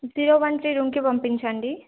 zero one three రూమ్కి పంపించండి